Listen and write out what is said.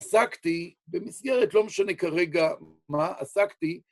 עסקתי, במסגרת לא משנה כרגע מה, עסקתי